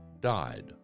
died